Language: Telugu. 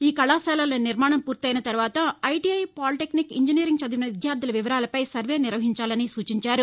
ఈ కళాశాలల నిర్మాణం పూర్తయిన తరువాత ఐటిఐ పాటిటెక్నిక్ ఇంజనీరింగ్ చదివిన విద్యార్దుల వివరాలపై సర్వే నిర్వహించాలని సూచించారు